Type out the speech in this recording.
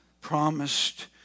promised